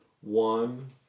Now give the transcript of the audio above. One